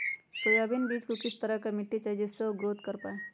Soybean बीज को किस तरह का मिट्टी चाहिए जिससे वह ग्रोथ कर पाए?